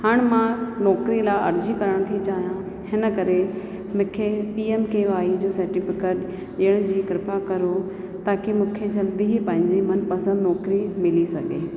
हाण मां नौकिरी लाइ अर्ज़ी करणु थी चाहियां हिन करे मूंखे पी एम के वाय जो सर्टिफ़िकेट ॾियण जी कृपा करो ताकी मूंखे जल्दी ई पंहिंजी मनु पसंदि नौकिरी मिली सघे